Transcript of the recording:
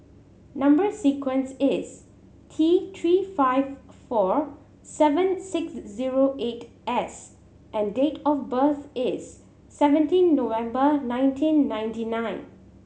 number sequence is T Three five four seven six zero eight S and date of birth is seventeen November nineteen ninety nine